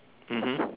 mmhmm